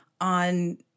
on